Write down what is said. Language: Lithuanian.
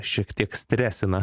šiek tiek stresina